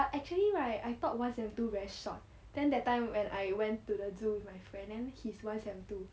but actually right I thought one seven two very short then that time when I went to the zoo with my friend then he's one seven two